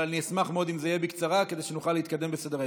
אבל אני אשמח מאוד אם זה יהיה בקצרה כדי שנוכל להתקדם בסדר-היום.